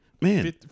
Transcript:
man